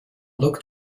looked